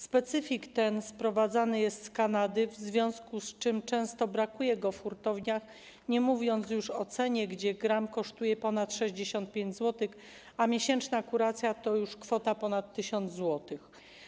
Specyfik ten sprowadzany jest z Kanady, w związku z czym często brakuje go w hurtowniach, nie mówiąc już o cenie - gram kosztuje ponad 65 zł, a miesięczna kuracja to już kwota ponad 1000 zł.